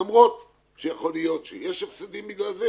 למרות שיכול להיות שיש הפסדים בגלל זה,